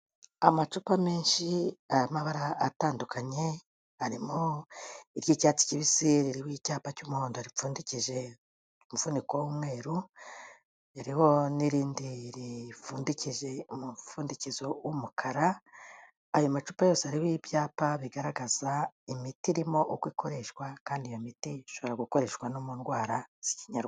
Amacupa menshi y'amabara atandukanye arimo iry'icyatsi kibisi ririho icyapa cy'umuhondo ripfundikije umufuniko w'umweru iriho n'irindi ripfundikije umupfundikizo w'umukara, ayo macupa yose arimo ibyapa bigaragaza imiti irimo uko ikoreshwa, kandi iyo miti ishobora gukoreshwa no mu ndwara z'akinyarwanda.